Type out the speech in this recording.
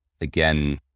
again